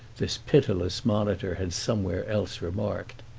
this pitiless monitor had somewhere else remarked.